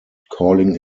calling